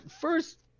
first